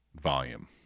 volume